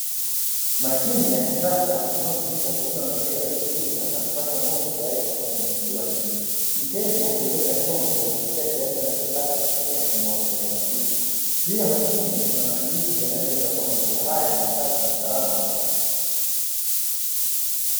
Mashine ya kisasa inayotumika kuuza maziwa yaliyochujwa na kupashwa moto tayari kwa kunywa yakiwa nje. Mteja huweka chombo na kulipia kiasi anachotaka kupitia mfumo wa kiautomatiki. Juu ya mashine kuna maandishi yanayoeleza kuwa maziwa haya ni safi na salama kwa kazi.